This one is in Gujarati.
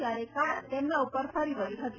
ત્યારે કાર તેમના પર ફરી વળી હતી